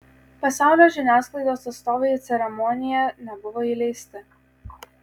pasaulio žiniasklaidos atstovai į ceremoniją nebuvo įleisti